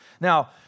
now